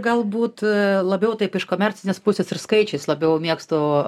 galbūt labiau taip iš komercinės pusės ir skaičiais labiau mėgstu